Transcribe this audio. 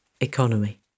economy